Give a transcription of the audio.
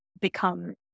become